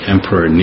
Emperor